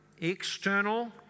external